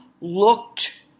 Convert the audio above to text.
looked